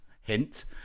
hint